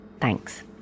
Thanks